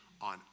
on